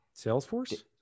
Salesforce